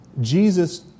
Jesus